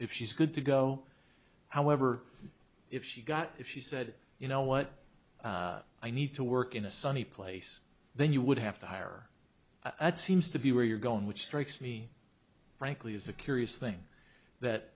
if she's good to go however if she got if she said you know what i need to work in a sunny place then you would have to hire at seems to be where you're going which strikes me frankly as a curious thing that